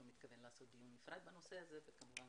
מתכוון לעשות דיון נפרד בנושא הזה וכמובן